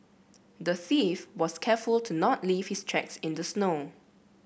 the thief was careful to not leave his tracks in the snow